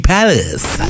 Palace